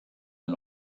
ein